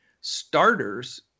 starters